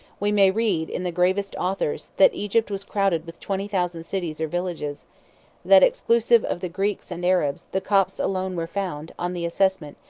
we may read, in the gravest authors, that egypt was crowded with twenty thousand cities or villages that, exclusive of the greeks and arabs, the copts alone were found, on the assessment,